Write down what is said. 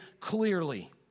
clearly